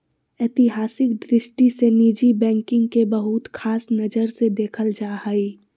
ऐतिहासिक दृष्टि से निजी बैंकिंग के बहुत ख़ास नजर से देखल जा हइ